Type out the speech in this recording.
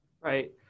Right